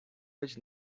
być